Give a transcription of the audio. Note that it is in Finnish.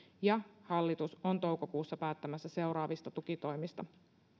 ja hallitus on toukokuussa päättämässä seuraavista tukitoimista